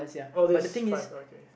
oh there's five okay